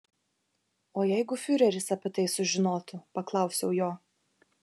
o jeigu fiureris apie tai sužinotų paklausiau jo